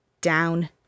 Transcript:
Down